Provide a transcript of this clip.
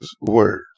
word